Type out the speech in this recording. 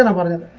and one of the